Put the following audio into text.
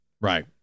Right